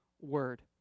word